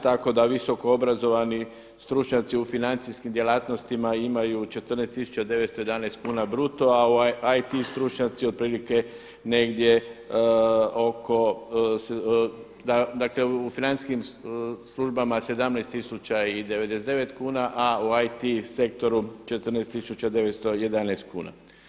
Tako da visokoobrazovani stručnjaci u financijskim djelatnostima imaju 14 911 kuna bruto a ovaj IT stručnjaci otprilike negdje oko, dakle u financijskim službama 17 099 kuna a u IT sektoru 14 911 kuna.